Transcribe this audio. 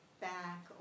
back